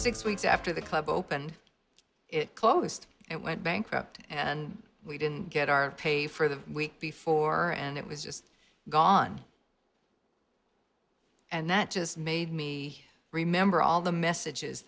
six weeks after the club opened it closed and went bankrupt and we didn't get our pay for the week before and it was just gone and that just made me remember all the messages